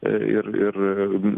ir ir ir